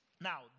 Now